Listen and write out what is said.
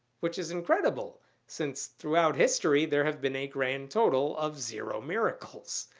which is incredible since, throughout history, there have been a grand total of zero miracles.